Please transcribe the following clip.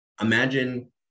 imagine